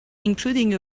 including